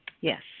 Yes